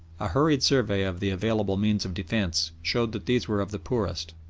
a hurried survey of the available means of defence showed that these were of the poorest.